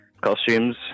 costumes